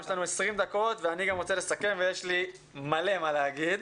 יש לנו 20 דקות ואני גם רוצה לסכם ויש לי מלא מה להגיד.